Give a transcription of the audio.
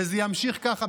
וזה ימשיך ככה,